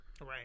Right